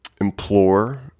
implore